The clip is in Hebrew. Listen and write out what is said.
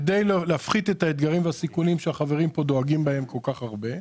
כדי להפחית את האתגרים והסיכונים שהחברים כאן דואגים להם כל כך הרבה,